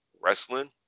wrestling